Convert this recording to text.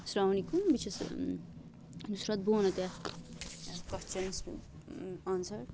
اَسلامُ علیکُم بہٕ چھَس نُصرت بونا تۄہہِ کیٚنٛہہ کوسچَنٕز آنسَر